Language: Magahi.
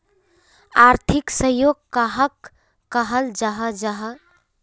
आर्थिक सहयोग कहाक कहाल जाहा जाहा?